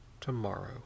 tomorrow